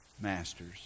masters